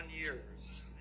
years